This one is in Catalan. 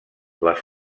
les